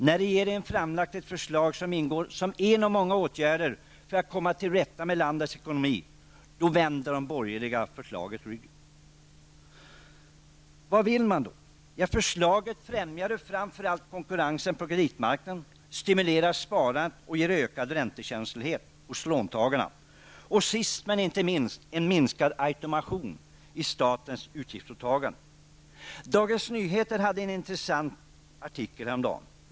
När regeringen framlagt ett förslag som ingår som en av många åtgärder för att komma till rätta med landets ekonomi, vänder de borgerliga förslaget ryggen. Vad innebär förslaget? Förslaget främjar framför allt konkurrensen på kreditmarknaden, stimulerar sparandet, ger ökad räntekänslighet hos låntagarna och sist men inte minst en minskad automation i statens utgiftsåtaganden. Dagens Nyheter hade en intressant artikel häromdagen.